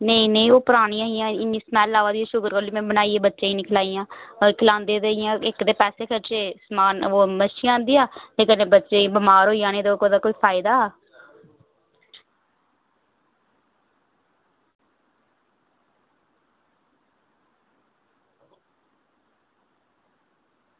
नेईं नेईं ओह् परानियां हियां इन्नी स्मैल्ल आवा दी ही शुकर करो अल्ली में बनाइयै बच्चें ई निं खलाइयां अगर खलांदे ते इ'यां इक्क ते पैसे खर्चे समान ओह् मच्छियां आंदियां ते कन्नै बच्चे बमार होई जाने हे ते ओह्दा कोई फायदा हा